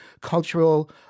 cultural